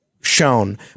shown